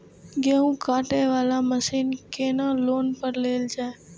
गेहूँ काटे वाला मशीन केना लोन पर लेल जाय?